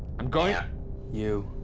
i'm going you.